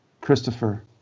Christopher